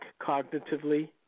cognitively